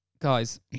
Guys